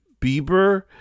Bieber